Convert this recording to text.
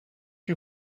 you